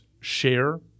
share